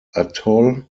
atoll